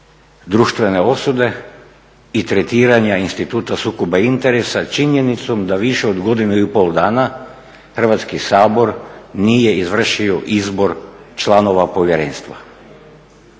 društvene osude i tretiranja instituta sukoba interesa činjenicom da više od godinu i pol dana Hrvatski sabor nije izvršio izbor članova povjerenstva?